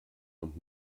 und